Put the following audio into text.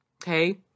Okay